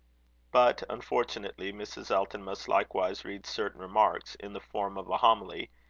but, unfortunately, mrs. elton must likewise read certain remarks, in the form of a homily,